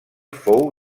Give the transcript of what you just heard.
fou